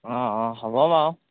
অঁ অঁ হ'ব বাৰু